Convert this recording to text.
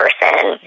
person